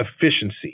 efficiency